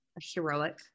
heroic